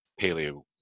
paleo